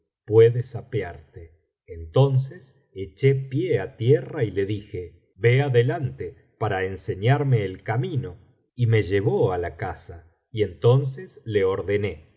puedes apearte entonces echó pie a tierra y le dije ve adelante para enseñarme el camino y me llevó á la casa y entonces le ordenó